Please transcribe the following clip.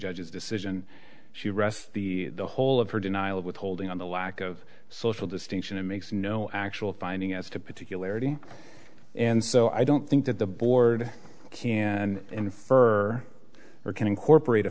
judge's decision she rests the whole of her denial of withholding on the lack of social distinction it makes no actual finding as to particularities and so i don't think that the board can infer or can incorporate